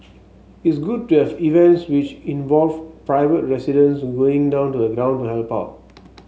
it's good to have events which involve private residents going down to the ground to help out